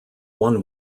one